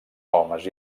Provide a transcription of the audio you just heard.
homes